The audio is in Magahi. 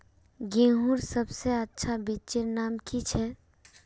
गेहूँर सबसे अच्छा बिच्चीर नाम की छे?